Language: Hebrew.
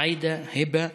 עאידה, היבא,